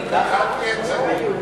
יותר גרוע.